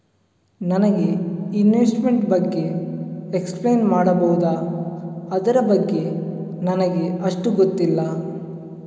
ನನಗೆ ಇನ್ವೆಸ್ಟ್ಮೆಂಟ್ ಬಗ್ಗೆ ಎಕ್ಸ್ಪ್ಲೈನ್ ಮಾಡಬಹುದು, ಅದರ ಬಗ್ಗೆ ನನಗೆ ಅಷ್ಟು ಗೊತ್ತಿಲ್ಲ?